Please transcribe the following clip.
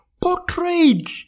portrayed